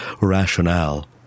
rationale